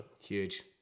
Huge